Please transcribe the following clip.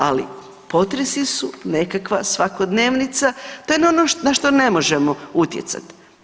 Ali, potresi su nekakva svakodnevnica, to je ono na što ne može utjecati.